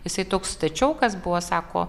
jisai toks stačiokas buvo sako